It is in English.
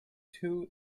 two